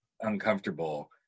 uncomfortable